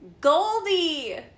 Goldie